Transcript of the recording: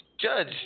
Judge